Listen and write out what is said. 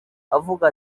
avuga